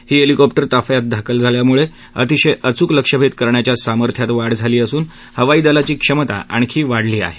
ही helicopter ताफ्यात दाखल झाल्यामुळे अतिशय अचूक लक्ष्यभेद करण्याच्या सामर्थ्यात वाढ झाली असून हवाई दलाची क्षमता आणखी वाढली आहे